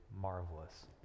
marvelous